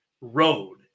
road